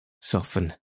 soften